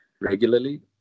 regularly